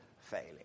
failing